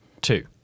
two